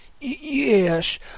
Yes